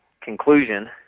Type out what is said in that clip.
conclusion